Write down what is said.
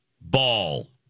Ball